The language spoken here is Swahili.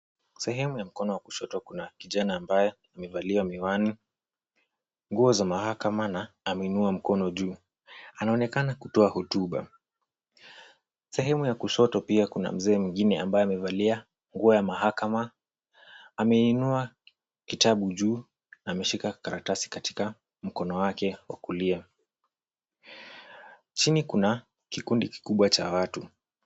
Sehemu ya mkono wa kushoto kuna kijana ambaye amevaliwa miwani, nguo za mahakama na aminua mkono juu. Anaonekana kutoa hotuba, sehemu ya kushoto pia kuna mzee mwingine ambaye amevalia nguo ya mahakama amelinua kitabu juu na ameshika karatasi katika mkono wake wa kulia. Chini kuna kikundi kikubwa cha watu.